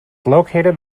located